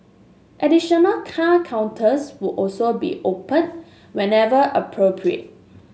additional car counters would also be opened whenever appropriate